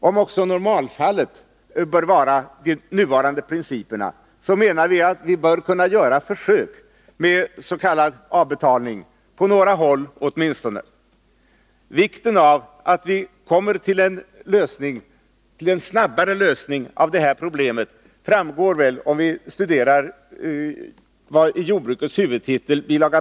Om också normalfallet bör vara nuvarande principer, menar vi reservanter att man åtminstone på några håll bör göra ett försök med s.k. avbetalning. Vikten av att komma till en snabbare lösning av detta problem framgår, om man studerar vad som står under jordbrukets huvudtitel i bil.